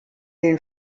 den